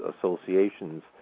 associations